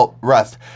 rest